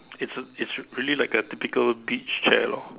it's it's really like a typical beach chair lor